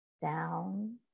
down